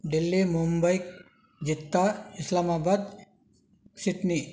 டெல்லி மும்பை எத்தார் இஸ்லாமாபாத் சிட்னி